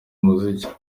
umuziki